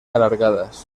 alargadas